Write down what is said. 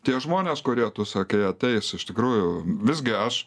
tie žmonės kurie tu sakai ateis iš tikrųjų visgi aš